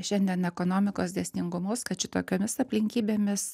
šiandien ekonomikos dėsningumus kad šitokiomis aplinkybėmis